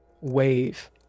wave